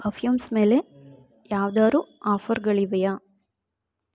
perfumes ಮೇಲೆ ಯಾವ್ದಾದ್ರು ಆಫರ್ಗಳಿವೆಯ